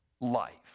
life